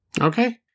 Okay